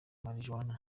marijuana